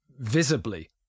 Visibly